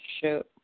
Sure